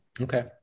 Okay